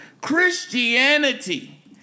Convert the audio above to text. christianity